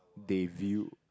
they view